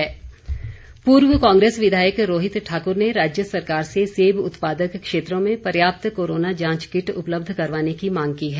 रोहित ठाकुर पूर्व कांग्रेस विधायक रोहित ठाकुर ने राज्य सरकार से सेब उत्पादक क्षेत्रों में पर्याप्त कोरोना जांच किट उपलब्ध करवाने की मांग की है